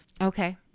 Okay